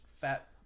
fat